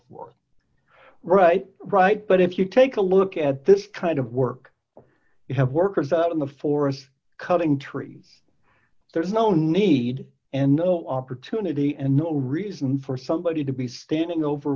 forth right right but if you take a look at this kind of work you have workers out in the forest cutting trees there's no need and no opportunity and no reason for somebody to be standing over